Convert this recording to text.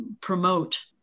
promote